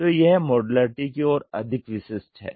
तो यह मॉड्युलैरिटी की ओर अधिक विशिष्ट है